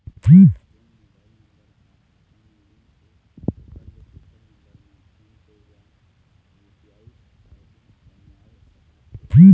जोन mobile number हा खाता मा लिन्क हे ओकर ले दुसर नंबर मा फोन पे या यू.पी.आई आई.डी बनवाए सका थे?